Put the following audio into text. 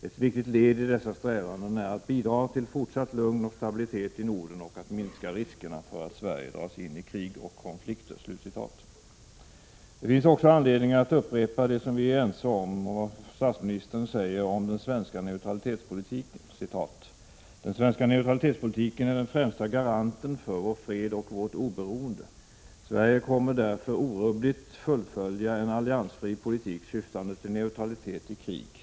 Ett viktigt led i dessa strävanden är att bidra till fortsatt lugn och stabilitet i Norden och att minska riskerna för att Sverige dras in i krig och konflikter.” Det finns också anledning att upprepa det statsministern säger om den svenska neutralitetspolitiken, vilken vi också är eniga om: ”Den svenska neutralitetspolitiken är den främsta garanten för vår fred och vårt oberoende. Sverige kommer därför att orubbligt fullfölja en alliansfri politik syftande till neutralitet i krig.